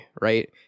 right